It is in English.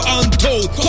untold